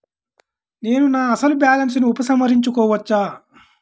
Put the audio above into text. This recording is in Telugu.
నేను నా అసలు బాలన్స్ ని ఉపసంహరించుకోవచ్చా?